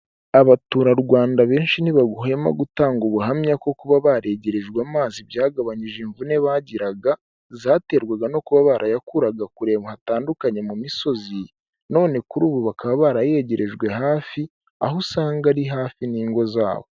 Abaturarwanda benshi ntibahwema gutanga ubuhamya ko kuba baregerejwe amazi byagabanyije imvune bagiraga zaterwaga no kuba barayakuraga kure hatandukanye mu misozi none kuri ubu bakaba barayegerejwe hafi aho usanga ari hafi n'ingo zabo.